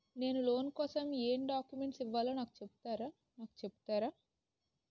నేను లోన్ కోసం ఎం డాక్యుమెంట్స్ ఇవ్వాలో నాకు చెపుతారా నాకు చెపుతారా?